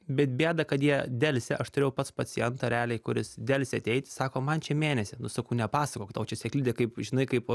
bet bėda kad jie delsia aš turėjau pats pacientą realiai kuris delsė ateit sako man čia mėnesį nu sakau nepasakok tau čia sėklidė kaip žinai kaip